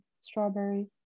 strawberry